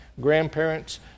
grandparents